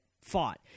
fought